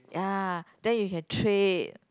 ya then you can trade